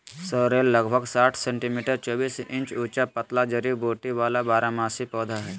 sorrel लगभग साठ centimetre चौबीस इंच ऊंचा पतला जड़ी बूटी वाला बारहमासी पौधा हइ